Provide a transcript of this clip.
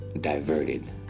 diverted